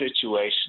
situation